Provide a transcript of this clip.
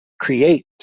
create